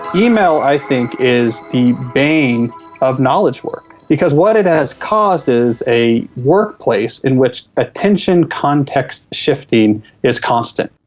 email i think is the bane of knowledge work, because what it has caused is a workplace in which attention context shifting is constant.